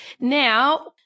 Now